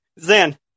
Zan